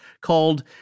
called